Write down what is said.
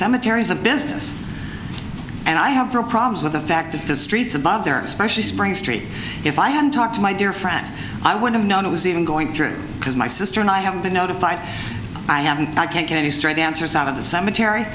cemetery is a business and i have real problems with the fact that the streets above there especially spring street if i had to talk to my dear friend i would have known it was even going through because my sister and i have been notified i haven't i can't get any straight answers out of the cemetery